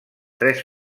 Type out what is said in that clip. tres